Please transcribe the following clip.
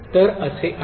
तर ते असे आहे